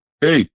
hey